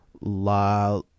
La